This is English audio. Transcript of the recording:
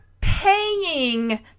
paying